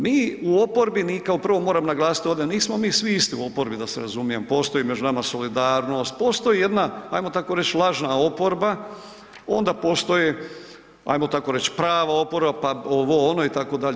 Mi u oporbi, mi kao prvo moram naglasiti ovdje, nismo mi svi isti u oporbi da se razumijemo, postoji među nama solidarnost, postoji jedna, ajmo tako reć, lažna oporba, onda postoje, ajmo tako reć, prava oporba, pa ovo, ono itd.